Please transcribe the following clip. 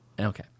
Okay